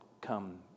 come